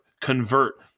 convert